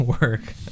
work